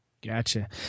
Gotcha